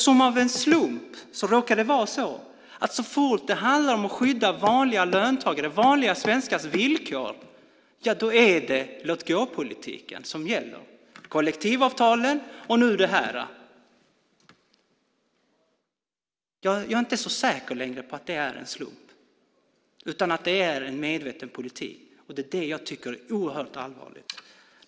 Som av en slump råkar det vara så att så fort det handlar om att skydda vanliga löntagare, vanliga svenskars villkor är det låtgåpolitiken som gäller. Det var kollektivavtalen och nu det här. Jag är inte längre så säker på att det är en slump. Det kan vara en medveten politik. Det är det jag tycker är oerhört allvarligt.